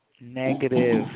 Negative